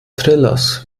thrillers